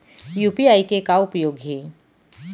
UPI के का उपयोग हे?